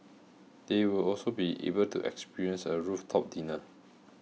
they will also be able to experience a rooftop dinner